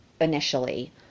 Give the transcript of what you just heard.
initially